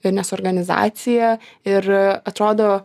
ir nes organizacija ir atrodo